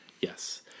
Yes